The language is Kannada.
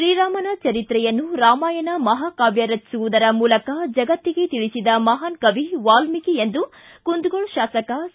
ತ್ರೀರಾಮನ ಚರಿತ್ರೆಯನ್ನು ರಾಮಾಯಣ ಮಹಾಕಾವ್ಯ ರಚಿಸುವುದರ ಮೂಲಕ ಜಗತ್ತಿಗೆ ತಿಳಿಸಿದ ಮಹಾನ್ ಕವಿ ವಾಲ್ಮೀಕಿ ಎಂದು ಕುಂದಗೋಳ ಶಾಸಕ ಸಿ